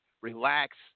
Relax